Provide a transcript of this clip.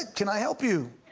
can i help you?